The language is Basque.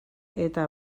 eta